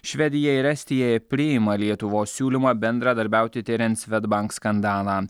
švedija ir estija priima lietuvos siūlymą bendradarbiauti tiriant swedbank skandalą